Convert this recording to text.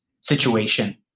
situation